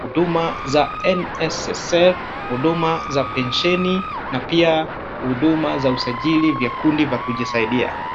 Huduma za NSSF, Huduma za Pensheni na pia Huduma za Usajili vya Kundi vya Kujisaidia.